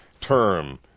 term